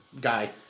guy